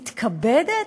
מתכבדת?